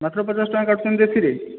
ମାତ୍ର ପଚାଶ ଟଙ୍କା କାଟୁଛନ୍ତି ଏଥିରେ